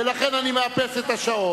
לא דיברה, ולכן אני מאפס את השעון.